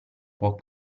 può